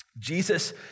Jesus